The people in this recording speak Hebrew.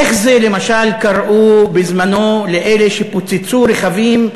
איך, למשל, קראו בזמנם לאלה שפוצצו רכבים,